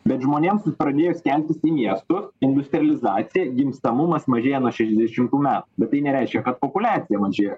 bet žmonėms pradėjus keltis į miestus industrializacija gimstamumas mažėja nuo šešiasdešimtų metų bet tai nereiškia kad populiacija mažėja